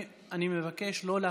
אני מבקש לא להפריע.